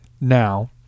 now